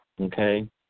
Okay